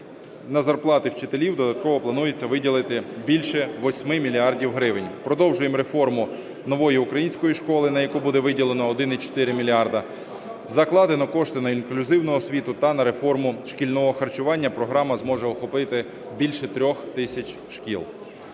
на зарплати вчителів додатково пропонується виділити більше 8 мільярдів гривень. Продовжуємо реформу Нової української школи, на яку буде виділено 1,4 мільярда, закладено кошти на інклюзивну освіту та на реформу шкільного харчування. Програма зможе охопити більше 3 тисяч шкіл.